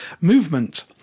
movement